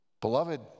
Beloved